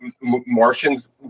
Martians